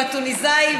הטוניסאי,